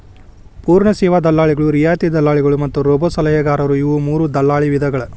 ಪೂರ್ಣ ಸೇವಾ ದಲ್ಲಾಳಿಗಳು, ರಿಯಾಯಿತಿ ದಲ್ಲಾಳಿಗಳು ಮತ್ತ ರೋಬೋಸಲಹೆಗಾರರು ಇವು ಮೂರೂ ದಲ್ಲಾಳಿ ವಿಧಗಳ